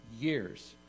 years